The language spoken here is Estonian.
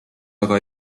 aga